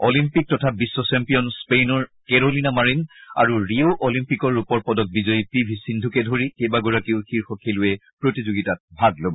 Olympic তথা বিশ্ব champion স্পেইনৰ কেৰলিনা মাৰিন আৰু ৰিঅ' অলিম্পিকৰ ৰূপৰ পদক বিজয়ী পি ভি সিন্ধুকে ধৰি কেইবাগৰাকীও শীৰ্ষ খেলুৱৈয়ে প্ৰতিযোগিতাত ভাগ ল'ব